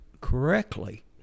correctly